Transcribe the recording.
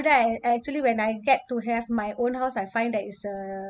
after that a~ actually when I get to have my own house I find that it's a